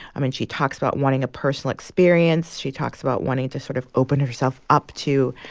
i mean, she talks about wanting a personal experience. she talks about wanting to sort of open herself up to,